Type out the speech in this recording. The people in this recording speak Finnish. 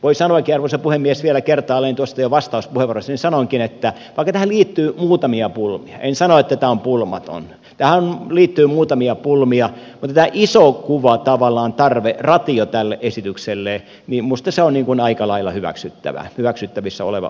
voi sanoakin arvoisa puhemies vielä kertaalleen tuosta jo vastauspuheenvuorossani sanoinkin että vaikka tähän liittyy muutamia pulmia en sano että tämä on pulmaton tähän liittyy muutamia pulmia niin tämä iso kuva tavallaan tarve ratio tälle esitykselle minusta on aika lailla hyväksyttävissä oleva juttu